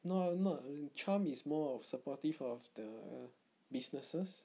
no I'm not trump is more of supportive of the businesses